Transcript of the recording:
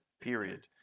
Period